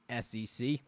SEC